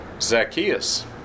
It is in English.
Zacchaeus